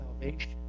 salvation